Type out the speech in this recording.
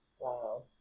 Wow